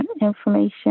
information